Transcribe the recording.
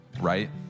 right